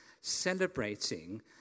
celebrating